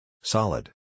Solid